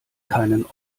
keinen